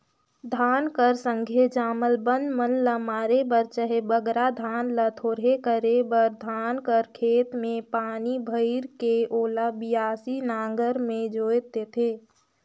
धान कर संघे जामल बन मन ल मारे बर चहे बगरा धान ल थोरहे करे बर धान कर खेत मे पानी भइर के ओला बियासी नांगर मे जोएत देथे